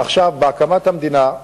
בהקמת המדינה,